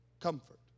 Comfort